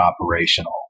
operational